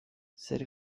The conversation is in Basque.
zer